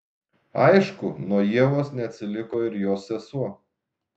aišku nuo ievos neatsiliko ir jos sesuo